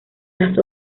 las